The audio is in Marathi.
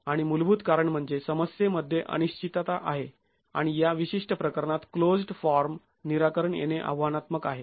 आणि मूलभूत कारण म्हणजे समस्येमध्ये अनिश्चितता आहे आणि या विशिष्ट प्रकरणात क्लोज्ड् फॉर्म निराकरण येणे आव्हानात्मक आहे